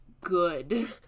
good